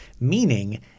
meaning